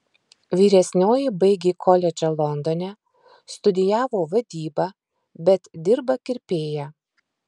vyresnioji baigė koledžą londone studijavo vadybą bet dirba kirpėja